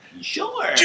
Sure